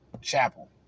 Chapel